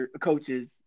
coaches